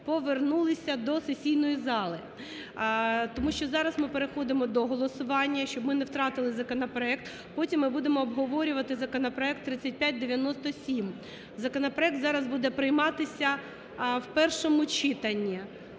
повернулися до сесійної зали, тому що зараз ми переходимо до голосування, щоб ми не втратили законопроект. Потім ми будемо обговорювати законопроект 3597. Законопроект зараз буде прийматися в першому читанні.